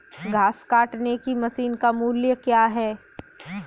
घास काटने की मशीन का मूल्य क्या है?